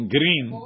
Green